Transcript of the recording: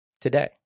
Today